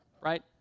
right